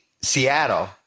Seattle